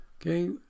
Okay